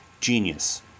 genius